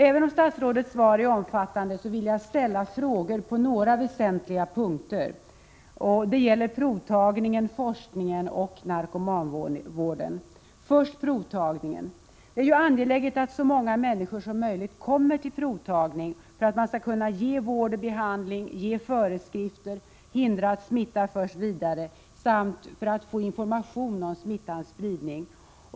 Även om statsrådets svar är omfattande vill jag ställa frågor på några 55 väsentliga punkter. Det gäller provtagningen, forskningen och narkomanvården. Först provtagningen: Det är angeläget att så många människor som möjligt kommer till provtagning för att man skall kunna ge vård och behandling, ge föreskrifter och hindra att smitta förs vidare samt för att man skall få information om smittans spridning.